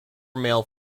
male